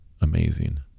amazing